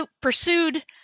pursued